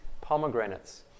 pomegranates